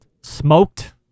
Smoked